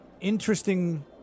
interesting